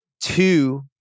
two